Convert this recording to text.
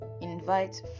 invite